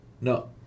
No